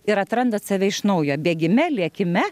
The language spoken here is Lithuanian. ir atrandant save iš naujo bėgime lėkime